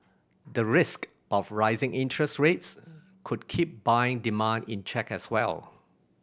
the risk of rising interest rates could keep buying demand in check as well